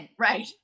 Right